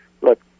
look